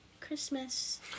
Christmas